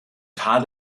tal